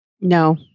No